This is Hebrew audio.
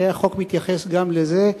והחוק מתייחס גם לזה.